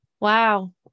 Wow